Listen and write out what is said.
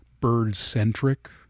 bird-centric